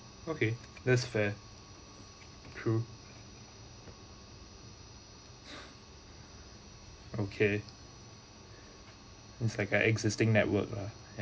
okay that's fair true okay it's like an existing network lah